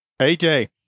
AJ